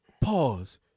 Pause